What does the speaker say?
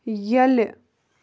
ییٚلہِ